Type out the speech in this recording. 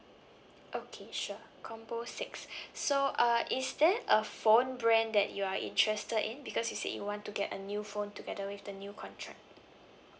okay sure combo six so uh is there a phone brand that you are interested in because you say you want to get a new phone together with the new contract